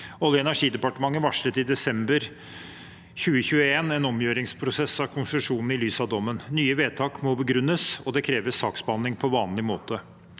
Olje- og energidepartementet varslet i desember 2021 en omgjøringsprosess av konsesjonene i lys av dommen. Nye vedtak må begrunnes, og det kreves saksbehandling på vanlig måte.